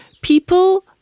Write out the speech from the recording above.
people